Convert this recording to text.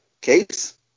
Case